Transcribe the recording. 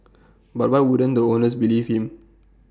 but why wouldn't the owners believe him